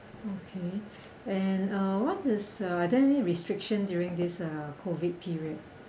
okay and uh what is uh there any restriction during this uh COVID period